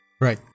Right